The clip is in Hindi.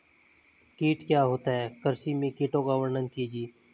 कीट क्या होता है कृषि में कीटों का वर्णन कीजिए?